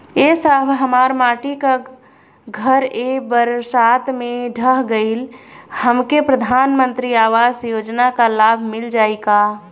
ए साहब हमार माटी क घर ए बरसात मे ढह गईल हमके प्रधानमंत्री आवास योजना क लाभ मिल जाई का?